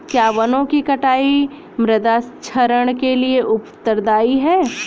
क्या वनों की कटाई मृदा क्षरण के लिए उत्तरदायी है?